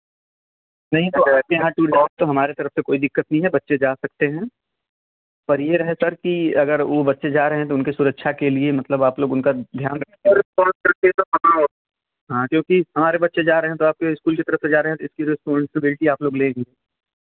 नहीं तो तो हमारे तरफ़ से कोई दिक्कत नहीं है बच्चे जा सकते हें पर यह रहे सर कि अगर वह बच्चे जा रहे हें तो उनके सुरक्षा के लिए मतलब आप लोग उनका ध्यान रख हाँ क्योंकी हमारे बच्चे जा रहे तो आपके स्कूल की तरफ़ से जा रहे हें तो इसकी रेसपोनसीबिल्टी आप लोग ले हैं